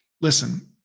listen